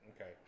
Okay